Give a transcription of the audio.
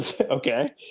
okay